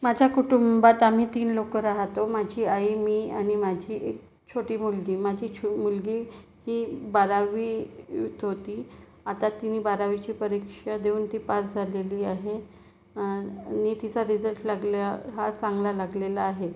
माझ्या कुटुंबात आम्ही तीन लोक राहतो माझी आई मी आणि माझी एक छोटी मुलगी माझी छो मुलगी ही बारावीत होती आता तिनी बारावीची परीक्षा देऊन ती पास झालेली आहे आणि तिचा रिझल्ट लागला हा चांगला लागलेला आहे